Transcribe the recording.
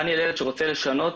דניאל ילד שרוצה לשנות